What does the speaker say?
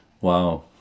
Wow